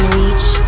reach